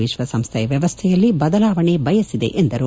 ವಿಶ್ವಸಂಸ್ಥೆಯ ವ್ಯವಸ್ಥೆಯಲ್ಲಿ ಬದಲಾವಣೆ ಬಯಸಿದೆ ಎಂದರು